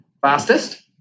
fastest